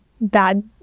bad